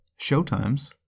Showtimes